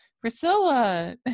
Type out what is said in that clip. priscilla